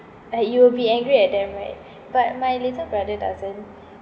like you will be angry at them right but my little brother doesn't